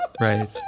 Right